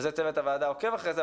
זה צוות הוועדה עוקב אחרי זה,